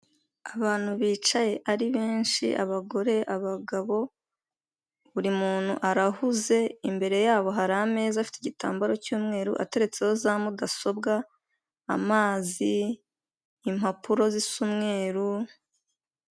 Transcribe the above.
Abantu bicaye ari benshi abagore abagabo buri muntu arahuze imbere yabo hari ameza afite igitambaro cy'umweru ateretseho za mudasobwa, amazi, impapuro zisa umweru.